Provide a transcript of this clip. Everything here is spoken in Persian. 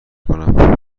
کنم